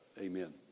amen